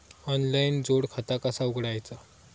Online जोड खाता कसा उघडायचा?